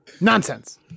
nonsense